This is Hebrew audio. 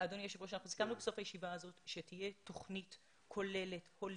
הישיבה הזאת שתהיה תוכנית כוללת, הוליסטית,